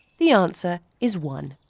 the answer is one.